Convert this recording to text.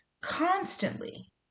constantly